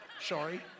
Sorry